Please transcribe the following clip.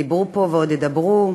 דיברו פה, ועוד ידברו,